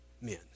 men